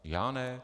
Já ne.